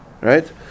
right